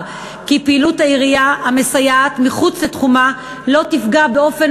כי פעילות העירייה המסייעת מחוץ לתחומה לא תפגע באופן